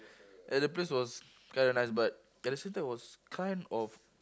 ya the place was kind of nice but at the same time was kind of